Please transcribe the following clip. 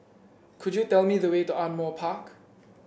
could you tell me the way to Ardmore Park